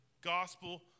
gospel